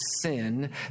sin